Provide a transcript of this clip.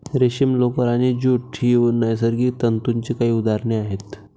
रेशीम, लोकर आणि ज्यूट ही नैसर्गिक तंतूंची काही उदाहरणे आहेत